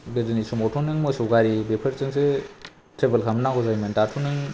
गोदोनि समावथ' नों मोसौ गारि बेफोरजोंसो ट्रेभेल खालामनांगौ जायोमोन दाथ' नों